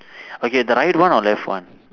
okay the right one or left one